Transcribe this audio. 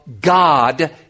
God